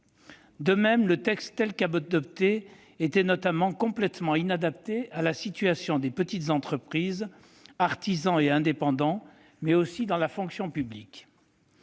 De même, le texte adopté était complètement inadapté à la situation des petites entreprises, des artisans et indépendants, ou à la fonction publique.